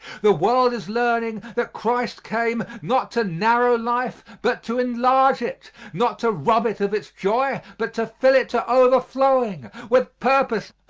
the world is learning that christ came not to narrow life, but to enlarge it not to rob it of its joy, but to fill it to overflowing with purpose,